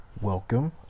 welcome